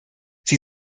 sie